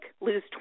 lose